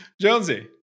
jonesy